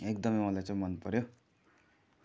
एकदमै मलाई चाहिँ मनपऱ्यो